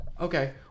Okay